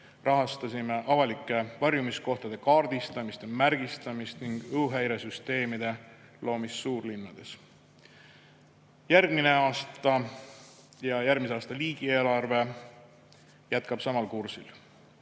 rahastasime avalike varjumiskohtade kaardistamist ja märgistamist ning õhuhäiresüsteemide loomist suurlinnades. Järgmine aasta ja järgmise aasta riigieelarve jätkab samal